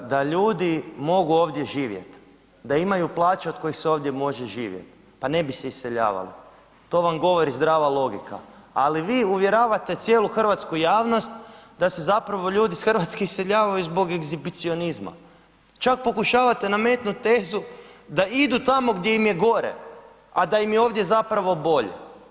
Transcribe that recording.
Da ljudi mogu ovdje živjet, da imaju plaće od kojih se ovdje može živjet, pa ne bi se iseljavali, to vam govori zdrava logika, ali vi uvjeravate cijelu hrvatsku javnost da se zapravo ljudi iz Hrvatske iseljavaju zbog egzibicionizma, čak pokušavate nametnut tezu da idu tamo gdje im je gore, a da im je ovdje zapravo bolje.